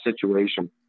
situation